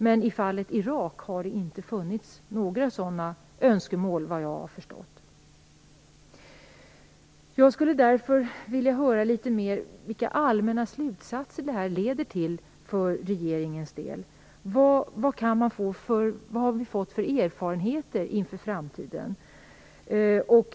Men i fallet Irak har det inte funnits några sådana önskemål, såvitt jag förstår. Jag skulle därför vilja höra litet mer vilka allmänna slutsatser det här leder till för regeringens del. Vad har vi fått för erfarenheter inför framtiden?